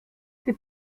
ses